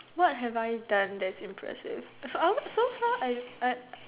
what have I done that is impressive I also so far I I